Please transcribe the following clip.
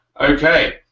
Okay